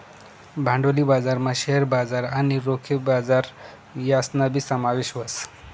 भांडवली बजारमा शेअर बजार आणि रोखे बजार यासनाबी समावेश व्हस